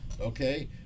okay